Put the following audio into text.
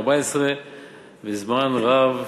וזמן רב,